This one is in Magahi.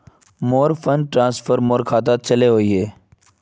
मोर फंड ट्रांसफर मोर खातात चले वहिये